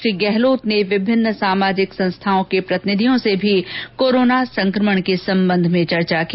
श्री गहलोत ने विभिन्न सामाजिक संस्थाओं के प्रतिनिधियों से भी कोरोना संक्रमण के संबंध में चर्चा की